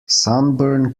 sunburn